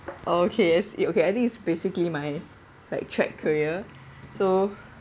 okay yes okay I think it's basically my like track career so